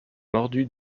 mordue